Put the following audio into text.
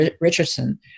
Richardson